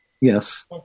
Yes